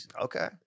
Okay